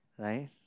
right